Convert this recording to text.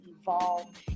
evolve